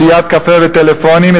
שתיית קפה וטלפונים,